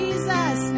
Jesus